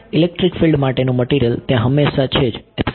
electric field માટેનું material ત્યાં હમેશા છે જ